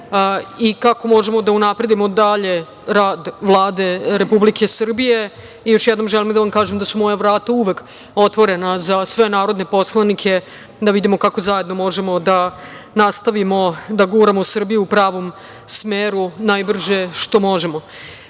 i kako možemo da unapredimo dalje rad Vlade Republike Srbije. Još jednom, želim da vam kažem da su moja vrata uvek otvorena za sve narodne poslanike, da vidimo kako zajedno možemo da nastavimo da guramo Srbiju u pravom smeru najbrže što možemo. Što